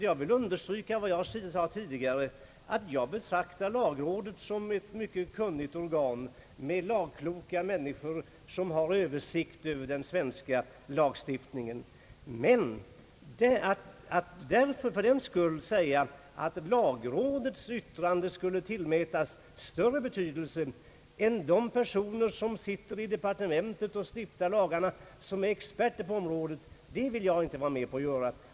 Jag vill understryka vad jag sade tidigare, att jag betraktar lagrådet som ett mycket kunnigt organ med lagkloka människor som har god översikt över den svenska lagstiftningen. Men att fördenskull säga att lagrådets yttrande skulle tillmätas större betydelse än uppfattningen hos de personer som sitter i departementet och utarbetar lagarna och är experter på området, vill jag inte vara med på.